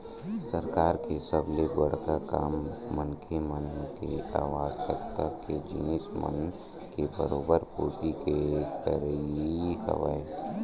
सरकार के सबले बड़का काम मनखे मन के आवश्यकता के जिनिस मन के बरोबर पूरति के करई हवय